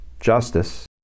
justice